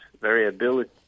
variability